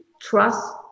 trust